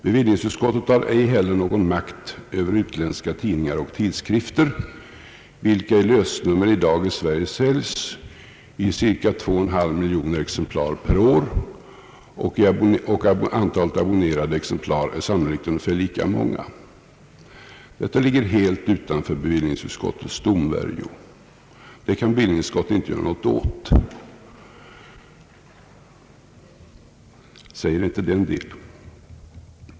Bevillningsutskottet har inte heller någon makt över utländska tidningar och tidskrifter, vilka i lösnummer i dag i Sverige säljs i cirka 2,5 miljoner exemplar per år, och antalet abonnerade exemplar är sannolikt ungefär lika stort. Detta ligger helt utanför bevillningsutskottets domvärjo. Säger inte detta en del?